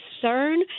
concern